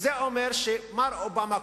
זה אומר שמר אובמה,